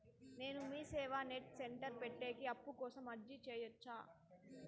నేను MeeSeva net centre పెట్టేకి అప్పు కోసం అర్జీ సేయొచ్చా?